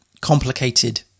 complicated